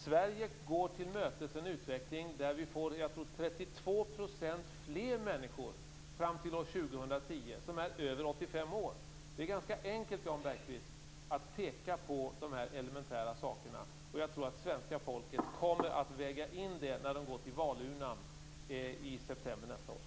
Sverige går till mötes en utveckling fram till år 2010 med 32 % fler människor som är över 85 år. Det är ganska enkelt, Jan Bergqvist, att peka på dessa elementära saker, och jag tror att svenska folket kommer att väga in dem när de går till valurnorna i september nästa år.